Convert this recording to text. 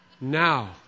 Now